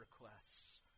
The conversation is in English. requests